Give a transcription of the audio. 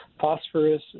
phosphorus